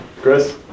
Chris